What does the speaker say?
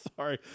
Sorry